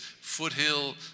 Foothill